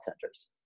centers